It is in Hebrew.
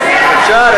אפשר,